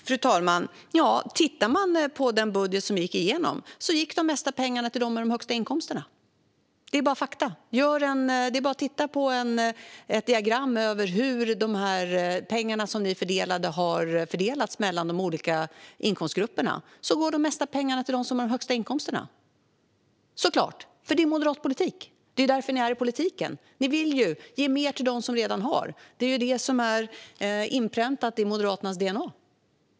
Fru talman! Om vi tittar på den budget som gick igenom ser vi att de mesta pengarna går till dem med de högsta inkomsterna. Det är fakta. Det är bara att titta på ett diagram över hur pengarna har fördelats mellan de olika inkomstgrupperna; de mesta pengarna går till dem med de högsta inkomsterna. Såklart! Det är moderat politik. Det är därför ni är i politiken. Ni vill ge mer till dem som redan har. Det är inpräntat i Moderaternas DNA.